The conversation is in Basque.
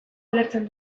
ulertzen